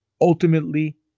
ultimately